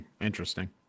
interesting